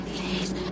Please